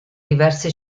diverse